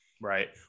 Right